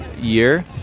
year